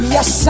Yes